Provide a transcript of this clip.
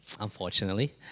unfortunately